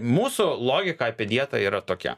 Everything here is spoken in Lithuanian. mūsų logika apie dietą yra tokia